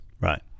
Right